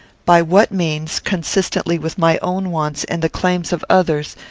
by what means, consistently with my own wants and the claims of others,